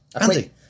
Andy